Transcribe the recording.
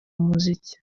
muziki